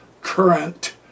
current